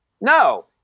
No